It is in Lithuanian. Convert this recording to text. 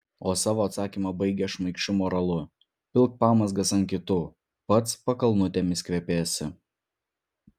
o savo atsakymą baigia šmaikščiu moralu pilk pamazgas ant kitų pats pakalnutėmis kvepėsi